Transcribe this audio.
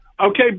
okay